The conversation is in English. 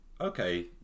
okay